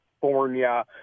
California